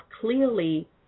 clearly